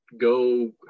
go